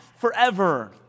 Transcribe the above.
forever